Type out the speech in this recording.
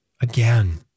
Again